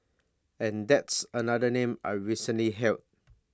and that's another name I've recently held